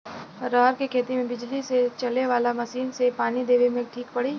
रहर के खेती मे बिजली से चले वाला मसीन से पानी देवे मे ठीक पड़ी?